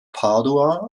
padua